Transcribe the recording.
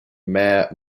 mare